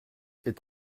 est